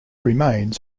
remains